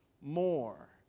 more